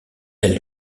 elle